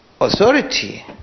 authority